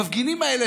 המפגינים האלה,